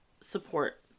support